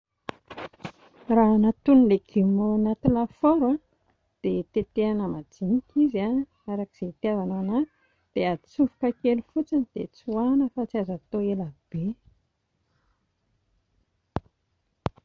Raha hanatono legioma ao anaty lafaoro a dia tetehina majinika izy a, arak'izay hitiavanao an'azy, dia hatsofoka kely fotsiny dia tsoahana fa tsy azo hatao ela be